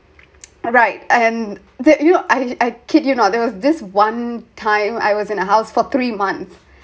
right and that you I I kid you not there was this one time I was in a house for three months